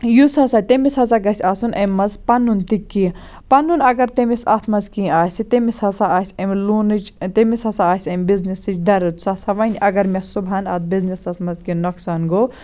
یُس ہَسا تٔمِس ہَسا گَژھِ آسُن امہِ مَنٛز پَنُن تہِ کینٛہہ پَنُن اگر تٔمِس اتھ مَنٛز کینٛہہ آسہِ تٔمِس ہَسا آسہِ امہِ لونٕچ تٔمِس ہَسا آسہِ امہِ بِزنِسٕچ درد سُہ ہَسا وَنہِ اَگر مےٚ صُبحَن اَتھ بِزنٮ۪سَس مَنٛز کینٛہہ نۄقصان گوٚو